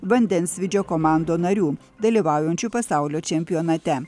vandensvydžio komandų narių dalyvaujančių pasaulio čempionate